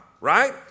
right